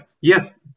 Yes